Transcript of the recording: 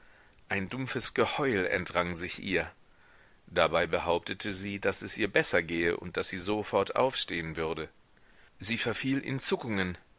ein dumpfes geheul entrang sich ihr dabei behauptete sie daß es ihr besser gehe und daß sie sofort aufstehen würde sie verfiel in zuckungen